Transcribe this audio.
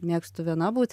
mėgstu viena būt